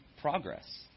progress